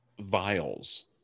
vials